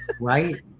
Right